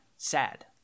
Sad